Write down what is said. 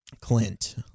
Clint